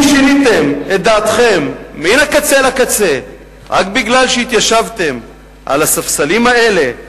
אם שיניתם את דעתכם מן הקצה אל הקצה רק בגלל שהתיישבתם על הספסלים האלה,